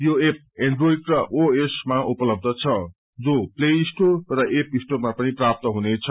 यो app android र जिरो एस मा उपलब्ध छ जो प्ले स्टोर र ऐप स्टोरमा पनि प्राप्त हुनेछ